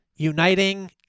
uniting